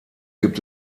gibt